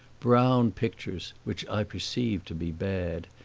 brown pictures, which i perceived to be bad,